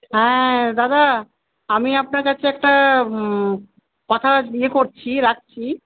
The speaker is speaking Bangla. হ্যাঁ দাদা আমি আপনার কাছে একটা কথা ইয়ে করছি রাখছি